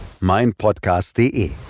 meinpodcast.de